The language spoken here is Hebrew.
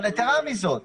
יתרה מזאת.